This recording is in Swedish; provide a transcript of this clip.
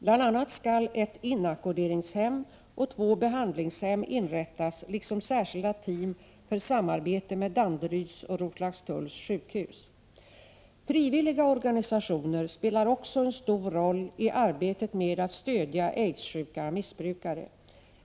Bl.a. skall ett inackorderingshem och två behandlingshem inrättas liksom särskilda team för samarbete med Danderyds och Roslagstulls sjukhus. Frivilliga organisationer spelar också en stor roll i arbetet med att stödja aidssjuka missbrukare.